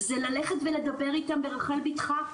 זה ללכת ולדבר איתם ברחל בתך,